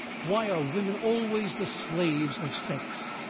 why are women always the slaves of sex?